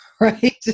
Right